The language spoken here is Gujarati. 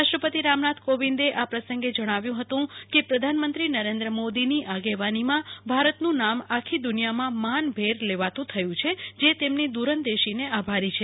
રાષ્ટ્રપતિ રામનાથ કોવિંદે આ પ્રસંગેજણાવ્યુ હતું કે પ્રધાનમંત્રી નરેન્દ્ર મોદીની આગેવાનીમાં ભારતનું નામ આખીદુનિયામાં માનભેર લેવાતું થયું છે જે તેમની દૂરંદેશીનેઆભારી છે